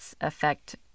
affect